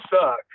suck